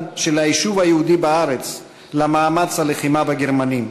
של היישוב היהודי בארץ במאמץ הלחימה בגרמנים,